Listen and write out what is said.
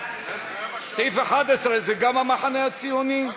סעיף 11, גם המחנה הציוני.